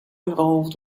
involved